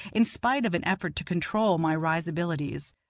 in spite of an effort to control my risibilities.